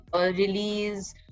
release